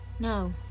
No